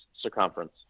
circumference